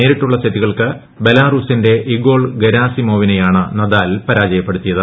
നേരിട്ടുള്ള സെ്റ്റുകൾക്ക് ബലാറൂസിന്റെ ഇഗോർ ഗെരാസിമോവിനെയാണ് നദാൽ പരാജയപ്പെടുത്തിയത്